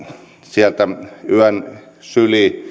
sieltä yön syliin